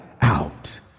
out